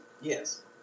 Yes